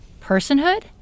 personhood